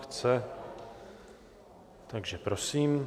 Chce, takže prosím.